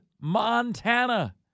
Montana